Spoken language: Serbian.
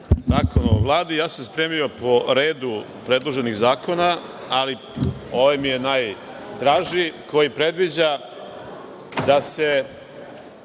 Zakon o Vladi, ja sam spremio po redu predloženih zakona, ali ovaj mi je najdraži, koji predviđa da se